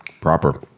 Proper